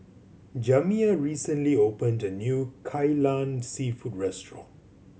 Jamiya recently opened a new Kai Lan Seafood restaurant